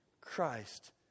Christ